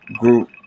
group